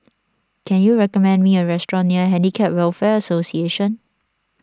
can you recommend me a restaurant near Handicap Welfare Association